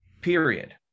period